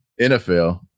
NFL